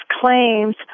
claims